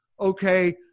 okay